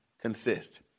consist